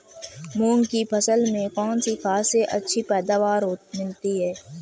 मूंग की फसल में कौनसी खाद से अच्छी पैदावार मिलती है?